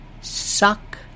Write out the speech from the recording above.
suck